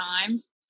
times